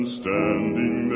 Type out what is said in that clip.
standing